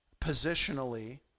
positionally